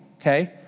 okay